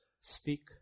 speak